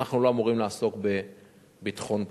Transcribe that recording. אנחנו לא אמורים לעסוק בביטחון פנים.